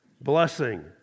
Blessing